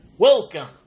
Welcome